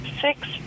six